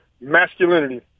masculinity